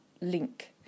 link